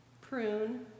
Prune